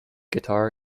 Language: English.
guitar